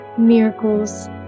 miracles